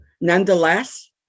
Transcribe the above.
nonetheless